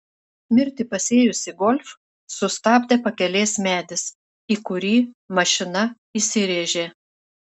mirtį pasėjusį golf sustabdė pakelės medis į kurį mašina įsirėžė